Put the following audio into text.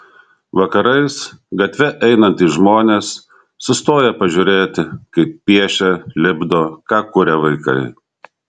vakarais gatve einantys žmonės sustoja pažiūrėti kaip piešia lipdo ką kuria vaikai